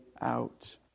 out